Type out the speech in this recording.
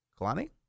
Kalani